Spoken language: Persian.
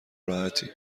راحتی